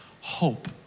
hope